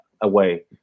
away